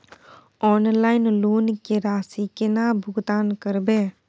Online loan के राशि केना भुगतान करबे?